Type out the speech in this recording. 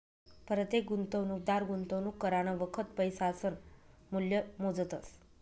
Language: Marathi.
परतेक गुंतवणूकदार गुंतवणूक करानं वखत पैसासनं मूल्य मोजतस